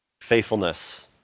faithfulness